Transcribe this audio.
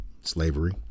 slavery